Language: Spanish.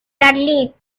carlistas